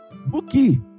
bookie